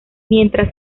mientras